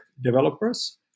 developers